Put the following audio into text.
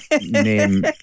name